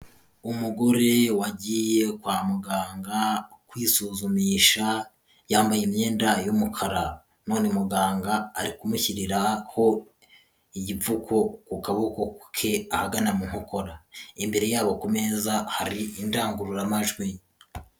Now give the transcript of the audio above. Umugore wagiye kwa muganga kwisuzumisha yambaye imyenda y'umukara, none muganga ari kumushyiriraho igipfuko ku kaboko ke ahagana mu nkokora, imbere yabo ku meza hari indangururamajwi.